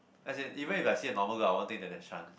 as in even if I see a normal girl I won't think that there's chance